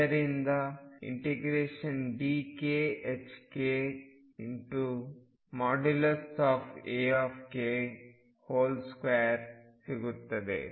ಇದರಿಂದ ∫dk ℏk Ak2 ಸಿಗುತ್ತದೆ